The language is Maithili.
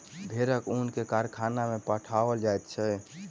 भेड़क ऊन के कारखाना में पठाओल जाइत छै